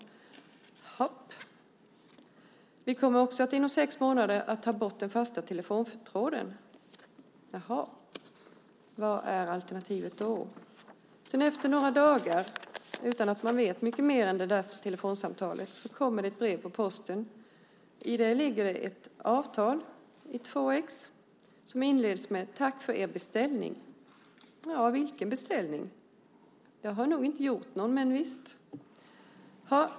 Jaha. Vi kommer också att inom sex månader ta bort den fasta telefontråden. Jaha. Vad är alternativet då? Efter några dagar, utan att man vet mycket mer än det där telefonsamtalet, kommer ett brev på posten. I det ligger ett avtal i två exemplar som inleds med: Tack för er beställning. Ja, vilken beställning? Jag har väl inte gjort någon beställning, men visst.